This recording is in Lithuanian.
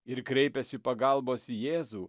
ir kreipėsi pagalbos į jėzų